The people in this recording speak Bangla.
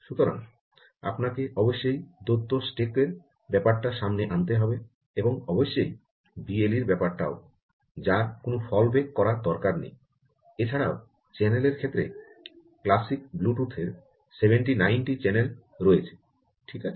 সুতরাং আপনাকে অবশ্যই দ্বৈত স্ট্যাকে র ব্যাপারটা সামনে আনতে হবে এবং অবশ্যই বিএলই র ব্যাপারটাও যার কোনও ফলব্যাক করার দরকার নেই এছাড়াও চ্যানেলের ক্ষেত্রে ক্লাসিক ব্লুটুথের 79 টি চ্যানেল রয়েছে ঠিক আছে